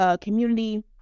community